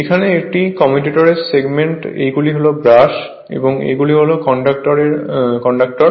এখানে এটি commutator segment এইগুলি হল ব্রাশ এবং এইগুলি হল কন্ডাকটর